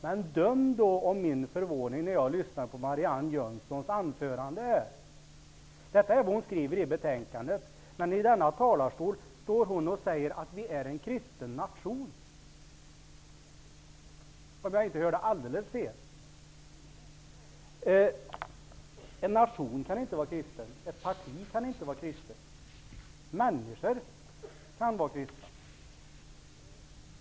Men döm om min förvåning när jag lyssnade till Marianne Jönssons anförande! Detta var vad hon skrev i sitt särskilda yttrande, men i denna talarstol står hon och säger att vi är en kristen nation, om jag inte hörde alldeles fel. En nation kan inte vara kristen, ett parti kan inte vara kristet, människor kan vara kristna.